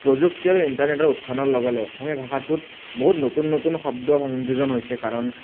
প্ৰযুক্তি আৰু ইণ্টাৰনেটৰ উত্থানৰ লগে লগে অসমীয়া ভাষাটোত বহুত নতুন নতুন শব্দ সংযোজন হৈছে কাৰণ